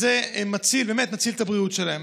זה באמת מציל את הבריאות שלהם.